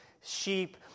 sheep